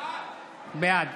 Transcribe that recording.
בעד